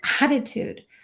attitude